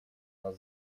нас